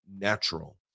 natural